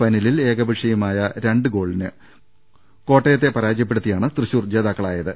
ഫൈനലിൽ ഏകപക്ഷീയമായ രണ്ടു ഗോളുകൾക്ക് കോട്ടകത്തെ പരാജയപ്പെടുത്തിയാണ് തൃശൂർ ജേതാ ക്കളായത്